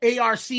ARC